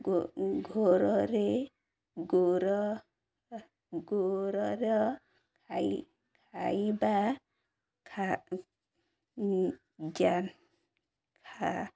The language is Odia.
ଘୋରରେ ଗୋର ଗୋରର ଖାଇ ଖାଇବା ଜ୍ଞାନ ଖା